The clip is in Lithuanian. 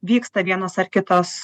vyksta vienos ar kitos